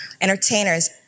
entertainers